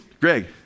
Greg